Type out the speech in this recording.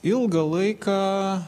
ilgą laiką